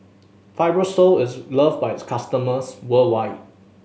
fibrosol is loved by its customers worldwide